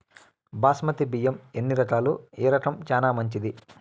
బాస్మతి బియ్యం ఎన్ని రకాలు, ఏ రకం చానా మంచిది?